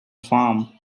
farm